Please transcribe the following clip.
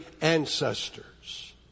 ancestors